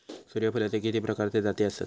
सूर्यफूलाचे किती प्रकारचे जाती आसत?